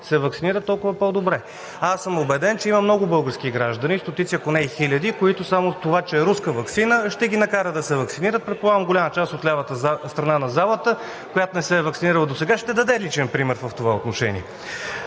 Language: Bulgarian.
се ваксинират, толкова по-добре. А аз съм убеден, че има много български граждани – стотици, ако не и хиляди, които само за това, че е руска ваксина, ще ги накара да се ваксинират. Предполагам голяма част от лявата страна на залата, която не се е ваксинирала досега, ще даде личен пример в това отношение.